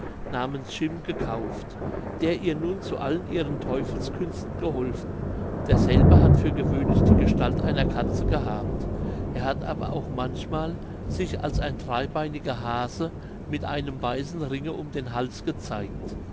namens chim gekauft der ihr nun zu allen ihren teufelskünsten geholfen derselbe hat für gewöhnlich die gestalt einer katze gehabt er hat aber auch manchmal sich als ein dreibeiniger hase mit einem weißen ringe um den hals gezeigt